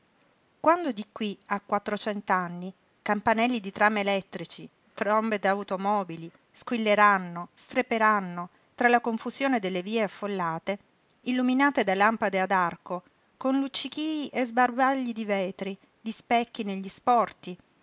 quando di qui a quattrocent'anni campanelli di tram elettrici trombe d'automobili squilleranno streperanno tra la confusione delle vie affollate illuminate da lampade ad arco con luccichii e sbarbagli di vetri di specchi negli sporti